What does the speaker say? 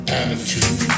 attitude